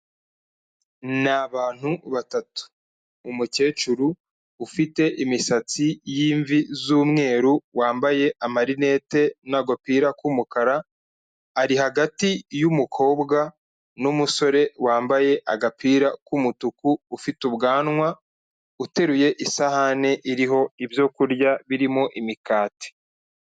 Ni abantu batatu. Umukecuru ufite imisatsi y'imvi z'umweru, wambaye amarinete n'agapira k'umukara, ari hagati y'umukobwa n'umusore wambaye agapira k'umutuku ufite ubwanwa, uteruye isahani iriho ibyo kurya birimo imikati.